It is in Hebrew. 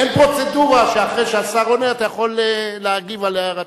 אין פרוצדורה שאחרי שהשר עונה אתה יכול להגיב על הערתו.